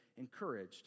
encouraged